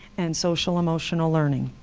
and social emotional learning.